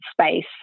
space